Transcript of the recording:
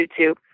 YouTube